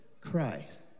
Christ